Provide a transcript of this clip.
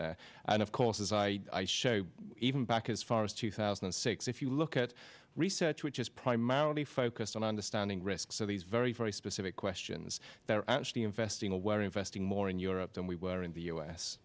there and of course as i show even back as far as two thousand and six if you look at research which is primarily focused on understanding risk so these very very specific questions that are actually investing aware investing more in europe than we were in the u s